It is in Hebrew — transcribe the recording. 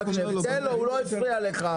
תן לו, הוא לא הפריע לך.